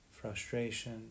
frustration